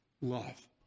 love